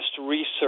research